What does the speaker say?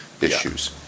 issues